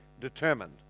determined